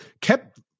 kept